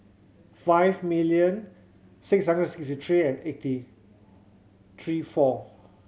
five million six hundred six three and eighty three four